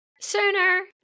Sooner